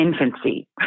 infancy